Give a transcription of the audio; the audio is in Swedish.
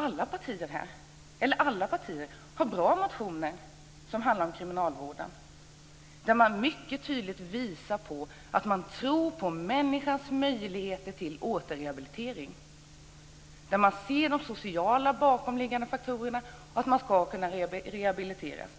Alla partier som är företrädda här har bra motioner om kriminalvården. Mycket tydligt visar man att man tror på människans möjligheter till återrehabilitering. Man ser de sociala bakomliggande faktorerna - människor ska kunna rehabiliteras.